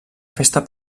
festa